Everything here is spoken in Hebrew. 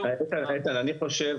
אני חושב